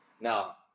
now